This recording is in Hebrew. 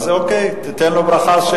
אז אוקיי, תיתן לו ברכה.